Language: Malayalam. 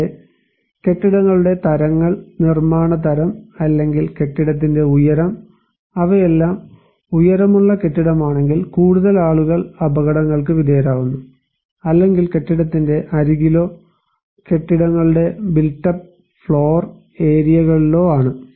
കൂടാതെ കെട്ടിടങ്ങളുടെ തരങ്ങൾ നിർമ്മാണ തരം അല്ലെങ്കിൽ കെട്ടിടത്തിന്റെ ഉയരം അവയെല്ലാം ഉയരമുള്ള കെട്ടിടമാണെങ്കിൽ കൂടുതൽ ആളുകൾ അപകടങ്ങൾക്ക് വിധേയരാകുന്നു അല്ലെങ്കിൽ കെട്ടിടത്തിന്റെ അരികിലോ കെട്ടിടങ്ങളുടെ ബിൽറ്റ് അപ്പ് ഫ്ലോർ ഏരിയകളിലോ ആണ്